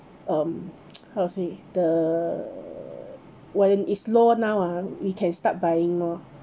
um how to say the when it's low now ah we can start buying lor